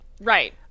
right